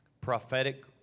prophetic